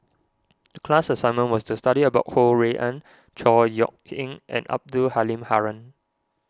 the class assignment was to study about Ho Rui An Chor Yeok Eng and Abdul Halim Haron